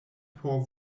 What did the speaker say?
por